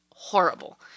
Horrible